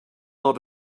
lot